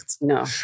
No